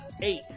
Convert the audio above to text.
Eight